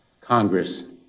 Congress